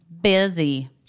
busy